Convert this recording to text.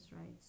right